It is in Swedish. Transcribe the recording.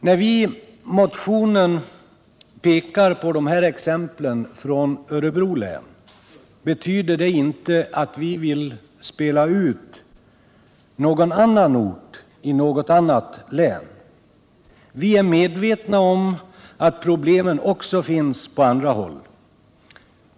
När vi i motionen pekar på de här exemplen från Örebro län betyder det inte att vi vill spela ut de orterna mot andra orter i andra län. Vi är medvetna om att problemen också finns på andra håll.